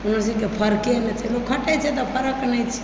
कोनो चीजकेँ फरके नहि छै लोक खटै छै तऽ फरक नहि छै